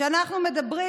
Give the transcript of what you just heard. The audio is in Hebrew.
כשאנחנו מדברים